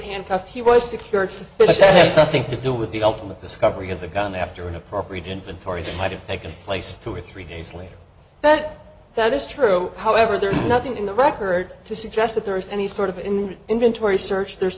i think to do with the ultimate discovery of the gun after an appropriate inventory might have taken place two or three days later that that is true however there is nothing in the record to suggest that there is any sort of in inventory search there's